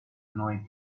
noi